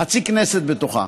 חצי כנסת בתוכם.